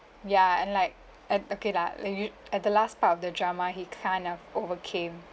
ya and like at okay lah like u~ at the last part of the drama he kind of overcame